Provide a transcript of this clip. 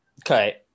okay